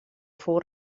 fou